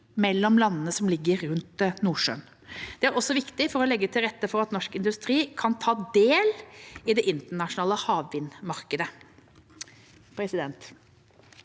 mellom landene som ligger rundt Nordsjøen. Det er også viktig for å legge til rette for at norsk industri kan ta del i det internasjonale havvindmarkedet.